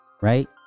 right